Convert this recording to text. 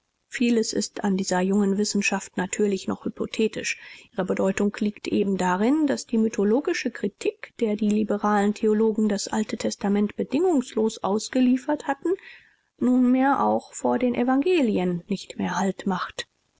vieles ist an dieser jungen wissenschaft natürlich noch hypothetisch ihre bedeutung liegt eben darin daß die mythologische kritik der die liberalen theologen das alte testament bedingungslos ausgeliefert hatten nunmehr auch vor den evangelien nicht mehr halt macht